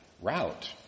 route